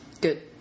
good